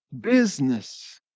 business